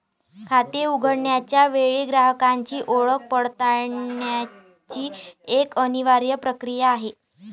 खाते उघडण्याच्या वेळी ग्राहकाची ओळख पडताळण्याची एक अनिवार्य प्रक्रिया आहे